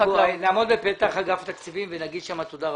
אנחנו נעמוד בפתח אגף התקציבים ונגיד כל הזמן תודה רבה.